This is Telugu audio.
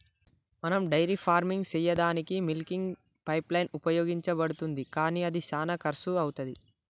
మనం డైరీ ఫార్మింగ్ సెయ్యదానికీ మిల్కింగ్ పైప్లైన్ ఉపయోగించబడుతుంది కానీ అది శానా కర్శు అవుతది